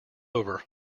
over